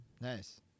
Nice